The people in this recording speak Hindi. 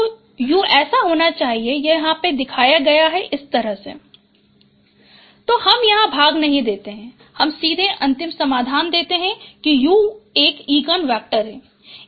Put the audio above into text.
तो u ऐसा होना चाहिए कि यह दिखाया जा सके इसतरह से SW 1SBu u1SW 𝑖𝑠 𝑖𝑛𝑣𝑒𝑟𝑡𝑖𝑏𝑙𝑒 तो हम यहाँ भाग नहीं देते हैं हम सीधे अंतिम समाधान देते हैं कि u एक इगन वेक्टर है